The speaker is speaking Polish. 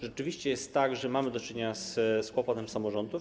Rzeczywiście jest tak, że mamy do czynienia z kłopotem samorządów.